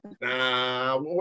nah